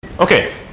Okay